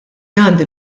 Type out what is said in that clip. għandi